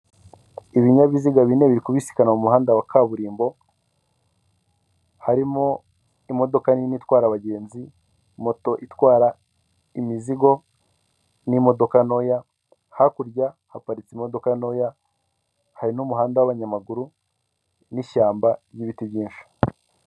Ibinyabiziga bine bikubisikana mumuhanda wa kaburimbo harimo imodoka nini itwara abagenzi moto itwara imizigo n'imodoka ntoya hakurya haparitse imodoka ntoya hari n'umuhanda w'abanyamaguru n'ishyamba ryibiti byinshi.